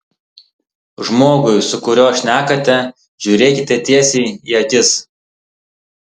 žmogui su kuriuo šnekate žiūrėkite tiesiai į akis